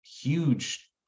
huge